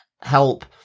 help